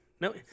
No